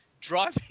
driving